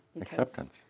Acceptance